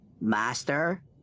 Master